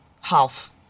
half